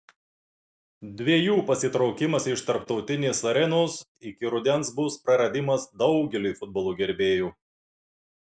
dviejų pasitraukimas iš tarptautinės arenos iki rudens bus praradimas daugeliui futbolo gerbėjų